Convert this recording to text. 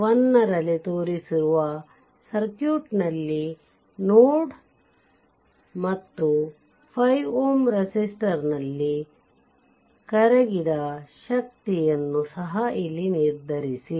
10 ರಲ್ಲಿ ತೋರಿಸಿರುವ ಸರ್ಕ್ಯೂಟ್ನಲ್ಲಿ ನೋಡ್ ಮತ್ತು 5 Ωs ರೆಸಿಸ್ಟರ್ನಲ್ಲಿ5 Ωs resistor ಕರಗಿದ ಶಕ್ತಿಯನ್ನು ಸಹ ಇಲ್ಲಿ ನಿರ್ಧರಿಸಿ